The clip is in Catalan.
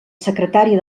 secretaria